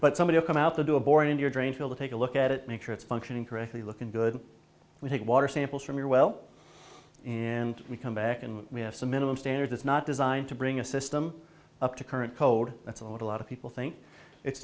but somebody come out to do a board in your drain field to take a look at it make sure it's functioning correctly looking good we take water samples from your well when we come back and we have some minimum standards it's not designed to bring a system up to current code that's a lot a lot of people think it's